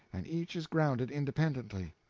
and each is grounded independently.